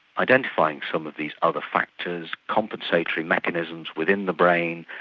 identifying some of these other factors, compensatory mechanisms within the brain,